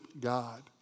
God